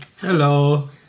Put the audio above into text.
hello